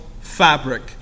fabric